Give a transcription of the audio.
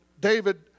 David